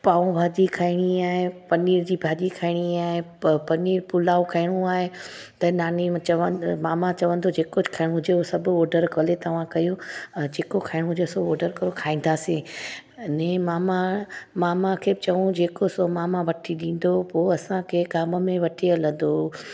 पावभाजी खाइणी आहे पनीर जी भाॼी खाइणी आहे प पनीर पुलाव खाइणो आहे त नानी म चवंदा मामा चवंदो जे कुझु खाइणो हुजेव सभु ओडर भली तव्हां कयो जेको खाइणो हुजे सो ओडर कयो खाईंदासीं ने मामा मामा खे चऊं जेको सो मामा वठी ॾींदो पोइ असांखे कान में वठी हलंदो हो